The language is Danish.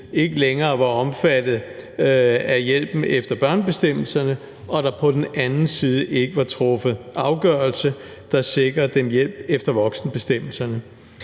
ikke længere var omfattet af hjælpen efter børnebestemmelserne, og at der på den anden side ikke var truffet afgørelse, der sikrede dem hjælp efter voksenbestemmelserne.